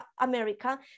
America